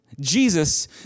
Jesus